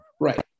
Right